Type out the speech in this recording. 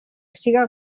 siga